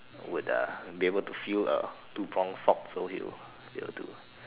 would uh be able to feel a two pronged fork so he'll he'll do